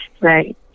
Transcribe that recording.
Right